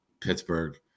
Pittsburgh